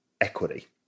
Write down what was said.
equity